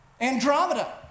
Andromeda